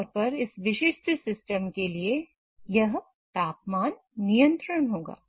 आम तौर पर इस विशिष्ट सिस्टम के लिए यह तापमान नियंत्रण होगा